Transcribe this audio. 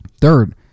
third